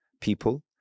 people